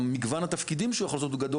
גם מגוון התפקידים שהוא יכול לעשות הוא גדול.